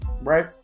right